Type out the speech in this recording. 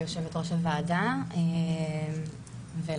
ליושבת-ראש הוועדה ולמשתתפות.